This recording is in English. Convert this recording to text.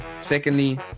Secondly